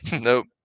nope